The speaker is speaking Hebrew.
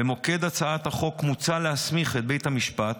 במוקד הצעת החוק מוצע להסמיך את בית המשפט,